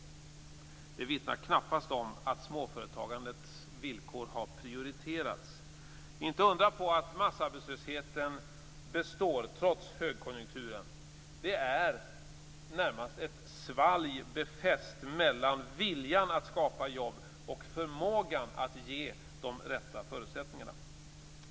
Det vittnar knappast om att småföretagandets villkor har prioriterats. Inte undra på att massarbetslösheten består trots högkonjunkturen. Det är närmast ett svalg befäst mellan viljan att skapa jobb och förmågan att ge de rätta förutsättningarna.